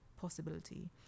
possibility